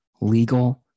legal